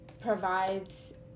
provides